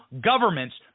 governments